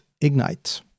Ignite